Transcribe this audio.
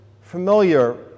familiar